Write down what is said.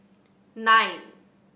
nine